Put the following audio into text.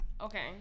okay